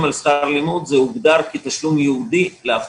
על שכר הלימוד זה הוגדר כתשלום ייעודי לאבטחה.